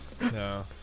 No